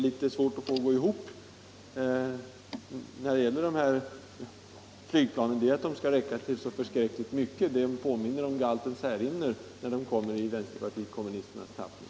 Det som inte går ihop är att dessa flygplan skall räcka till så förskräckligt mycket. De påminner om galten Särimner, när 47 de kommer i vänsterpartiet kommunisternas tappning.